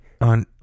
on